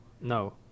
no